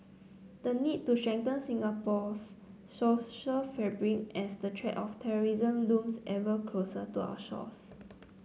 the need to strengthen Singapore's social fabric as the threat of terrorism looms ever closer to our shores